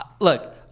Look